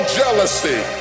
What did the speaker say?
jealousy